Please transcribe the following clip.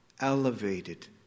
elevated